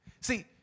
See